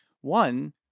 one